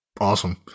Awesome